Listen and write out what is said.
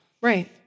Right